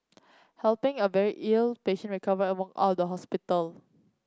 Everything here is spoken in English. helping a very ill patient recover and walk out the hospital